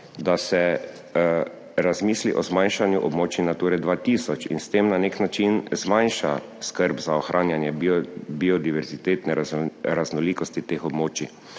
da se razmisli o zmanjšanju območij Nature 2000 in s tem na nek način zmanjša skrb za ohranjanje biodiverzitetne raznolikosti teh območij.